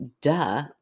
duh